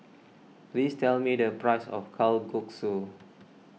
please tell me the price of Kalguksu